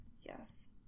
Yes